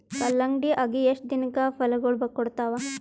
ಕಲ್ಲಂಗಡಿ ಅಗಿ ಎಷ್ಟ ದಿನಕ ಫಲಾಗೋಳ ಕೊಡತಾವ?